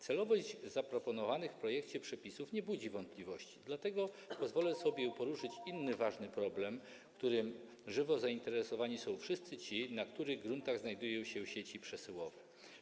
Celowość zaproponowanych w projekcie przepisów nie budzi wątpliwości, dlatego pozwolę sobie poruszyć inny ważny problem, którym żywo zainteresowani są wszyscy ci, na których gruntach znajdują się sieci przesyłowe.